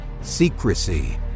secrecy